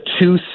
two